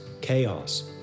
chaos